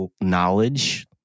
knowledge